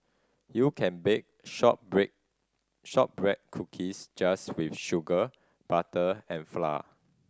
you can bake shortbread shortbread cookies just with sugar butter and flour